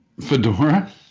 Fedora